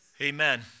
Amen